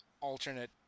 alternate